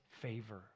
favor